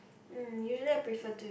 mm usually I prefer to